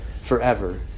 forever